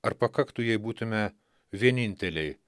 ar pakaktų jei būtume vieninteliai